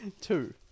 Two